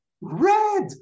red